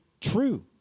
true